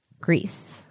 Greece